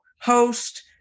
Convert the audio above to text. host